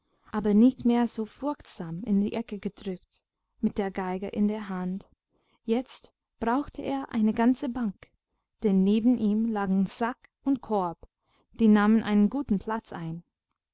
aber nicht mehr so furchtsam in die ecke gedrückt mit der geige in der hand jetzt brauchte er eine ganze bank denn neben ihm lagen sack und korb die nahmen einen guten platz ein